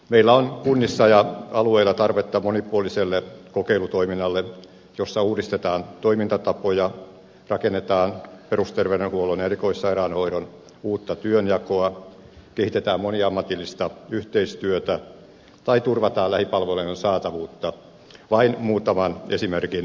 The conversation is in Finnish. meillä on kunnissa ja alueilla tarvetta monipuoliselle kokeilutoiminnalle jossa uudistetaan toimintatapoja rakennetaan perusterveydenhuollon ja erikoissairaanhoidon uutta työnjakoa kehitetään moniammatillista yhteistyötä tai turvataan lähipalvelujen saatavuutta vain muutaman esimerkin mainitakseni